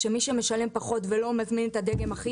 שמי שמשלם פחות ולא מזמין את הדגם הכי